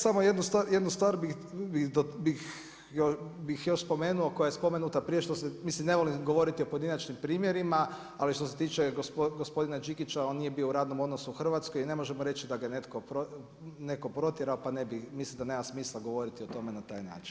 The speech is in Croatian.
Samo jednu stvar bih još spomenuo koja je spomenuta prije, mislim ne volim govoriti o pojedinačnim primjerima, ali što se tiče gospodina Đikića on nije bio u radnom odnosu u Hrvatskoj i ne možemo reći da ga je netko protjerao, pa mislim da nema smisla govoriti na taj način.